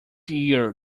year